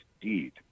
deed